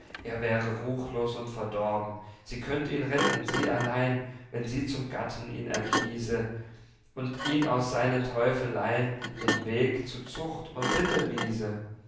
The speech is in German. er wäre ruchlos und verdorben sie könnt ihn retten sie allein wenn sie zum gatten ihn erkiese und ihn aus seinen teufelei'n den weg zu zucht und sitte